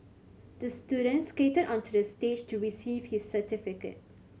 the student skated onto the stage to receive his certificate